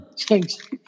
Thanks